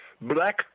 black